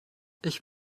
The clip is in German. ich